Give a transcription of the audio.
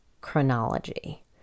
chronology